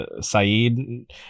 Saeed